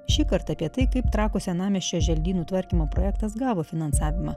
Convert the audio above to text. šįkart apie tai kaip trakų senamiesčio želdynų tvarkymo projektas gavo finansavimą